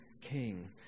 king